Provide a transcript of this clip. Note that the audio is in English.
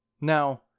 Now